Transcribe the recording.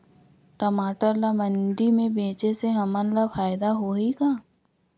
टमाटर ला मंडी मे बेचे से हमन ला फायदा होही का?